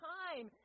time